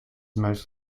most